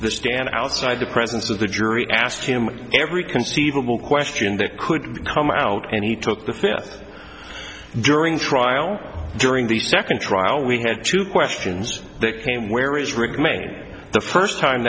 the stand outside the presence of the jury asked him every conceivable question that could come out and he took the fifth during trial during the second trial we had two questions that came where is remaining the first time